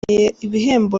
ibihembo